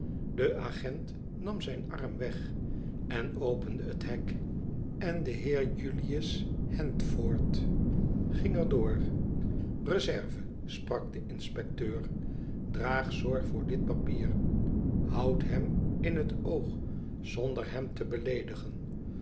de agent nam zijn arm weg en opende het hek en de heer julius handford ging er door reserve sprak de inspecteur draag zorg voor dit papier houd hem in het oog zonder hem te beleedigen